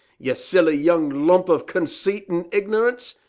you silly young lump of conceit and ignorance.